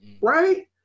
right